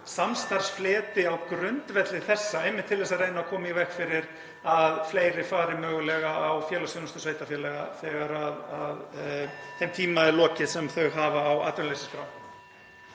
samstarfsfleti á grundvelli þessa, einmitt til að reyna að koma í veg fyrir að (Forseti hringir.) fleiri fari mögulega á félagsþjónustu sveitarfélaga þegar þeim tíma er lokið sem þau hafa á atvinnuleysisskrá.